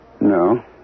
No